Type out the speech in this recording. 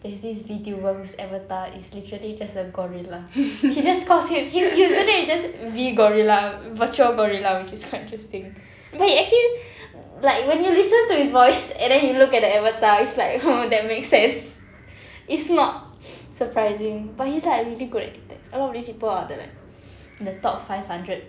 there's this VTuber whose avatar is literally just a gorilla he's just cause his his username is just V gorilla virtual gorilla which is quite interesting like you actually like when you listen to his voice and then you look at the avatar it's like !huh! that makes sense it's not surprising but he's like really good at Apex a lot of these people are like the top five hundred